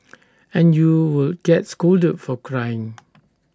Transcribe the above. and you would get scolded for crying